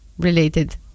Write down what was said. Related